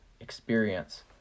experience